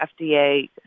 FDA